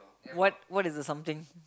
what what is the something